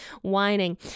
whining